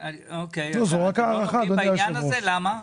אוקיי, אז אנחנו לא נוגעים בעניין הזה, למה?